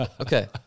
Okay